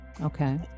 Okay